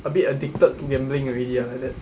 a bit addicted to gambling already ah like that